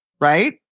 right